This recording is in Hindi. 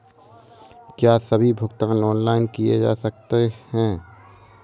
क्या सभी भुगतान ऑनलाइन किए जा सकते हैं?